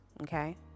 Okay